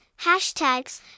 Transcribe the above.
hashtags